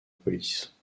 police